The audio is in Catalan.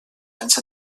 anys